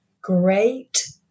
great